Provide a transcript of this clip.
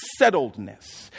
settledness